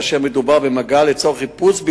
כאשר מדובר במגע לצורך חיפוש בלבד,